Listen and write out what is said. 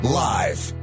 live